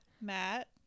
Matt